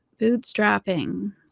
bootstrapping